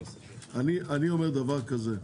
אני אומר דבר כזה.